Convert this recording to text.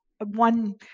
one